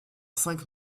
cinq